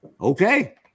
Okay